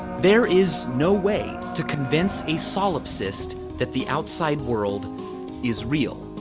there is no way to convince a solipsist that the outside world is real.